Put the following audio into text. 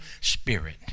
spirit